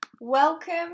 Welcome